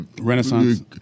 Renaissance